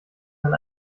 wenn